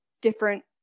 different